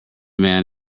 man